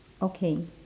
okay